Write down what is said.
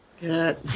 Good